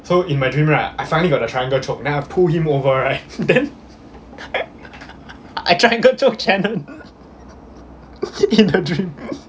so in my dream right I finally got the triangle choke then I pull him over right then I try and go choke shannon in the dream